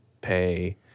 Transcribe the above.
pay